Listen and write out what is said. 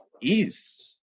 ease